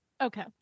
Okay